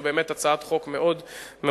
זו באמת הצעת חוק מאוד יסודית